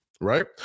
right